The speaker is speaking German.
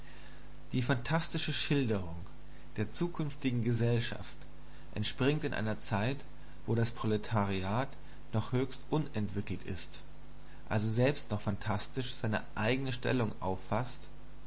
die phantastische schilderung der zukünftigen gesellschaft entspringt in einer zeit wo das proletariat noch höchst unentwickelt ist also selbst noch phantastisch seine eigene stellung auffaßt